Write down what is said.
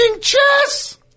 chess